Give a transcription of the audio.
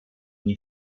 nie